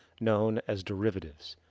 known as derivatives,